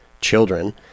children